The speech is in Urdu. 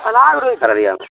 آگ رو کر رہیے آ